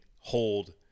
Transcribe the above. hold –